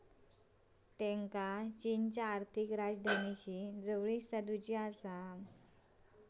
त्येंका चीनच्या आर्थिक राजधानीशी जवळीक साधुची आसा